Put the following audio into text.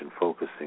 focusing